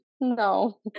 no